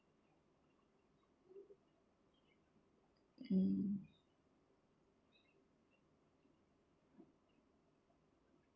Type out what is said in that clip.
mm